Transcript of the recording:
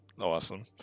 awesome